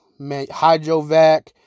hydrovac